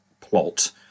plot